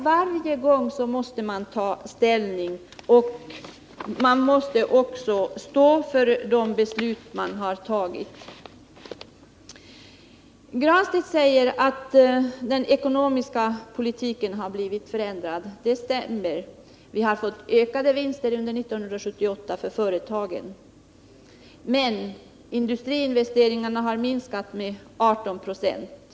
Man måste ta ställning varje gång, och man måste också stå för de beslut man har fattat. Pär Granstedt säger att den ekonomiska politiken har blivit förändrad. Det stämmer. Företagens vinster ökade under 1978, men industriinvesteringarna minskade med 18 26.